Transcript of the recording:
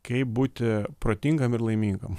kaip būti protingam ir laimingam